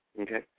Okay